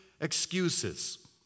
excuses